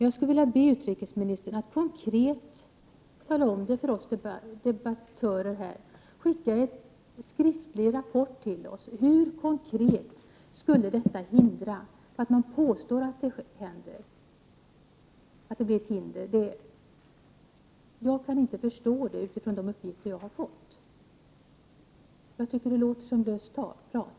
Jag skulle vilja be utrikesministern att konkret tala om detta för oss debattörer. Skicka en skriftlig rapport till oss där det framgår hur det konkret skulle gå till. Hur kan det bli ett hinder om man påstår att detta händer? Jag kan inte förstå det utifrån de uppgifter jag har fått. Jag tycker att det låter som tomt prat.